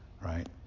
right